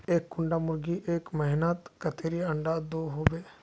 एक कुंडा मुर्गी एक महीनात कतेरी अंडा दो होबे?